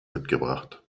mitgebracht